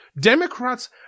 Democrats